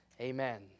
Amen